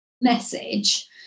message